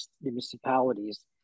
municipalities